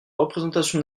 représentation